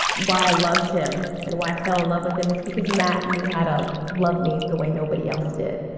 why i loved him and why i fell in love with him is because matt knew how to love me the way nobody else did.